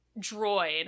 droid